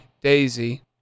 Daisy